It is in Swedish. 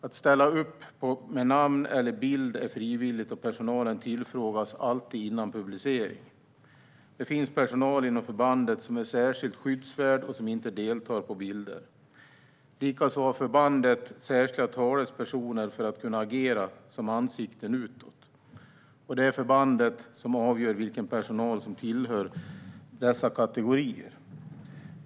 Att ställa upp med namn eller bild är frivilligt, och personalen tillfrågas alltid före publicering. Det finns personal inom förbandet som är särskilt skyddsvärd och som inte deltar på bilder. Likaså har förbandet särskilda talespersoner som ska kunna agera som ansikten utåt. Det är förbandet som avgör vilken personal som tillhör dessa kategorier.